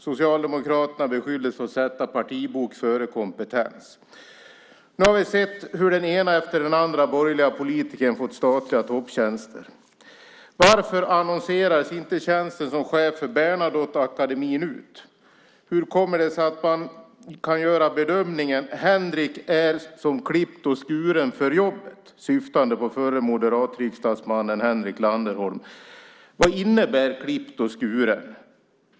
Socialdemokraterna beskylldes för att sätta partibok före kompetens. Nu har vi sett hur den ena efter den andra borgerliga politikern fått statliga topptjänster. Varför annonserades inte tjänsten som chef för Bernadotteakademin ut? Hur kommer det sig att man kan göra bedömningen att Henrik är som klippt och skuren för jobbet, syftande på förre moderatriksdagsmannen Henrik Landerholm? Vad innebär klippt och skuren?